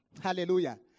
Hallelujah